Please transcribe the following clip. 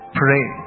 pray